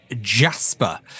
Jasper